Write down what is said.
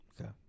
Okay